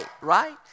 right